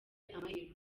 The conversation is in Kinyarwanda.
amahirwe